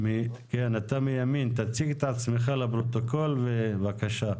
תציג את עצמך בבקשה.